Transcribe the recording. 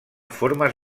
formes